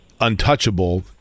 untouchable